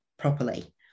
properly